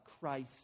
Christ